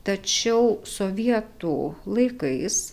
tačiau sovietų laikais